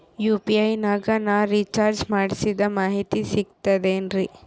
UPI ನಾಗ ನಾ recharge ಮಾಡಿಸಿದ ಮಾಹಿತಿ ಸಿಕ್ತದೆ ಏನ್ರಿ?